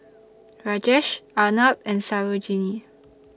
Rajesh Arnab and Sarojini